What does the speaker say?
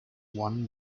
one